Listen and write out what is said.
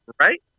Right